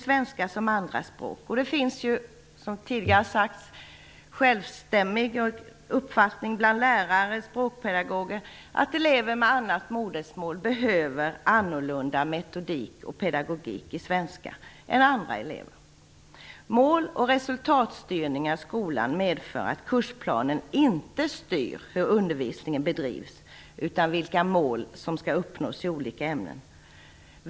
Det finns ju, som tidigare sagts, en samstämmig uppfattning bland lärare och språkpedagoger att elever med annat modersmål behöver annorlunda metodik och pedagogik i svenska än andra elever. Mål och resultatstyrning i skolan medför att kursplanen inte styr hur undervisningen bedrivs utan vilka mål som skall uppnås i olika ämnen.